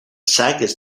sagas